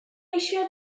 eisiau